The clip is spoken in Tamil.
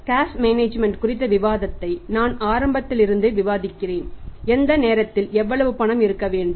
கேஷ் மேனேஜ்மென்ட் குறித்த விவாதத்தை நான் ஆரம்பித்ததிலிருந்து விவாதிக்கிறேன் எந்த நேரத்தில் எவ்வளவு பணம் இருக்க வேண்டும்